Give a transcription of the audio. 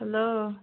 hello